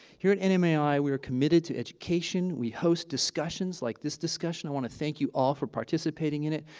here at and nmai we are committed to education, we host discussions like this discussion. i want to thank you all for participating in it.